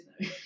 no